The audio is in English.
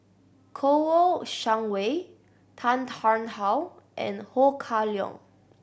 Kouo Shang Wei Tan Tarn How and Ho Kah Leong